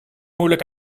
moeilijk